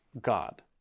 God